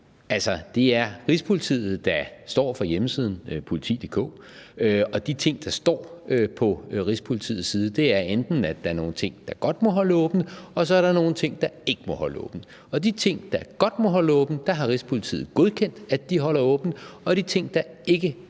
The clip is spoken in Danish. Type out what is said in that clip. det er Rigspolitiet, der står for hjemmesiden politi.dk, og de ting, der står på Rigspolitiets side, er, at der er nogle ting, der godt må holde åbent, og at der så er nogle ting, der ikke må holde åbent. Hvad angår de ting, der godt må holde åbent, har Rigspolitiet godkendt, at de holder åbent, og hvad angår de ting, der ikke må holde åbent,